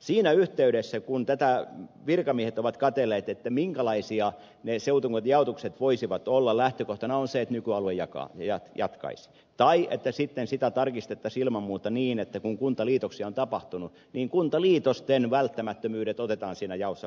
siinä yhteydessä kun virkamiehet ovat katselleet minkälaisia ne seutukuntajaotukset voisivat olla lähtökohtana on ollut se että nykyalue jatkaisi tai sitten että sitä tarkistettaisiin ilman muuta niin että kun kuntaliitoksia on tapahtunut niin kuntaliitosten välttämättömyydet otetaan siinä jaossa huomioon